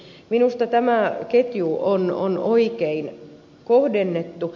minusta tämä ketju on oikein kohdennettu